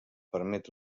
permet